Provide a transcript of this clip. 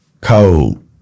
cold